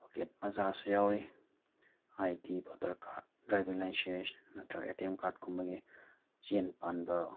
pocket ꯃꯆꯥꯁꯨ ꯌꯥꯎꯔꯤ I D voter card driving licence ꯅꯠꯇ꯭ꯔꯒ ꯑꯦ ꯇꯤ ꯑꯦꯝ ꯀꯥꯔꯠꯀꯨꯝꯕꯒꯤ ꯆꯦꯟ ꯄꯥꯟꯕ